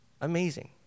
amazing